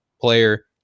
player